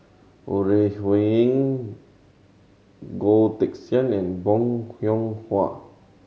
Ore Huiying Goh Teck Sian and Bong Hiong Hwa